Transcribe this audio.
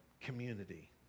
community